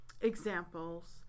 examples